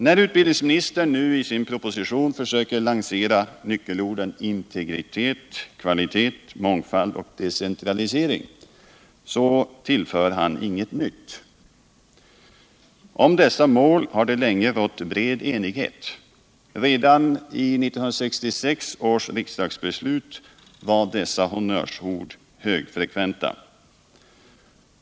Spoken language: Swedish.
När utbildningsministern nu i sin proposition försöker lansera nyckelorden integritet, kvalitet, mångfald och decentralisering, så tillför han inget nytt. Om dessa mål har det länge rått bred enighet. Redan i 1966 års riksdagsbeslut var dessa honnörsord högfrekventa.